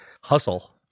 hustle